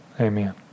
Amen